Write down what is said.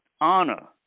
honor